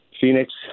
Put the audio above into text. Phoenix